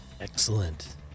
Excellent